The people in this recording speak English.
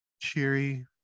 cheery